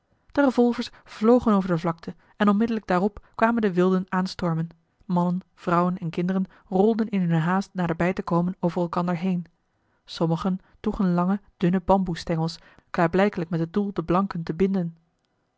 de revolvers vlogen over de vlakte en onmiddellijk daarop kwamen de wilden aanstormen mannen vrouwen en kinderen rolden in hunne haast naderbij te komen over elkander heen sommigen droegen lange dunne bamboesstengels klaarblijkelijk met het doel de blanken te binden